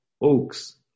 oaks